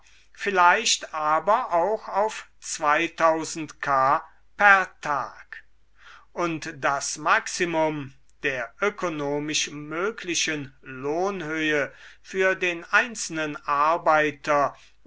vielleicht aber auch auf k per tag und das maximum der ökonomisch möglichen lohnhöhe für den einzelnen arbeiter